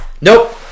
Nope